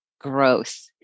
growth